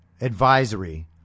advisory